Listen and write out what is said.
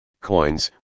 coins